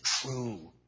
true